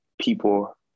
people